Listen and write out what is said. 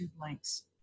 links